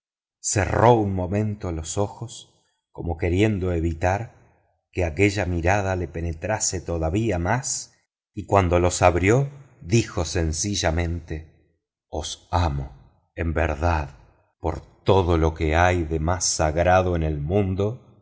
cerró un momento los ojos como queriendo evitar que aquella mirada le penetrase todavía más y cuando los abrió dijo sencillamente os amo en verdad por todo lo que hay de más sagrado en el mundo